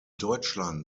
deutschland